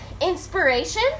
inspiration